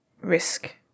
risk